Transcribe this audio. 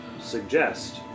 suggest